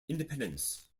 independence